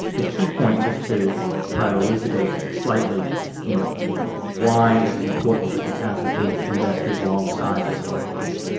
the key point, just to try to elucidate slightly you know why it is important that we have the big investors alongside the smaller ones,